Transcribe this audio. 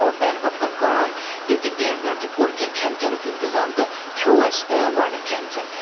اور تَمہِ پَتہٕ کٔر کٲم دِیُت یہِ ٹیٚنٹ ویٚنٹ تہٕ کوٚر کینٛہہ کھٮ۪ن چٮ۪نُکھ اِنتظام تہٕ کھٮ۪و اسہِ گۄڈنٮ۪تھ کھٮ۪ن چیٮ۪ن